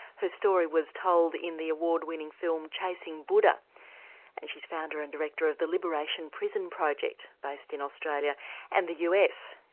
her story was told in the award-winning film chasing buddha and she is founder and director of the liberation prison project based in australia and the us.